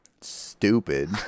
stupid